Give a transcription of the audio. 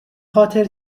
خاطر